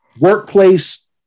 workplace